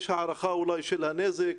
אולי יש הערכה של הנזק?